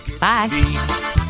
Bye